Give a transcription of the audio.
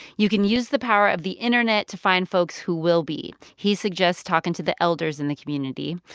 you can use the power of the internet to find folks who will be. he suggests talking to the elders in the community.